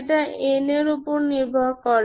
সেটা n এর ওপর নির্ভর করে